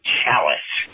Chalice